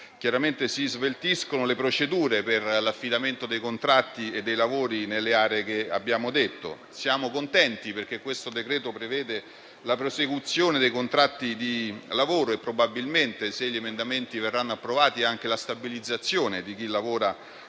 chiaramente, si sveltiscono le procedure per l'affidamento dei contratti e dei lavori nelle aree citate. Siamo contenti perché questo decreto prevede la prosecuzione dei contratti di lavoro e probabilmente, se gli emendamenti verranno approvati, anche la stabilizzazione di chi lavora